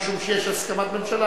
משום שיש הסכמת הממשלה,